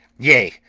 yea,